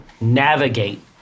navigate